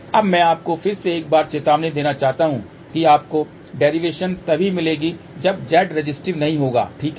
अब मैं आपको फिर से एक बार चेतावनी देना चाहता हूं कि आपको डेरिवेशन तभी मिलेगी जब Z रेसिस्टिव नहीं होगा ठीक है